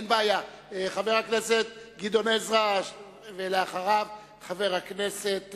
חבר הכנסת גדעון עזרא, ואחריו, חבר הכנסת